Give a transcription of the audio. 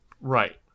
Right